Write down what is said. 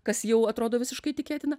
kas jau atrodo visiškai tikėtina